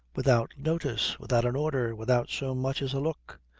without notice, without an order, without so much as a look.